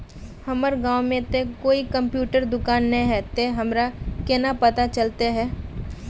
हमर गाँव में ते कोई कंप्यूटर दुकान ने है ते हमरा केना पता चलते है?